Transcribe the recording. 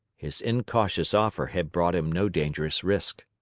his incautious offer had brought him no dangerous risk.